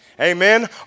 Amen